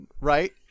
right